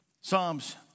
Psalms